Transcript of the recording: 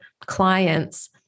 clients